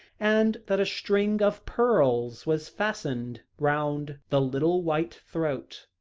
and that a string of pearls was fastened round the little white throat.